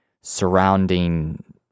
surrounding